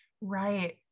Right